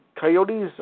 Coyotes